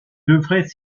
devrait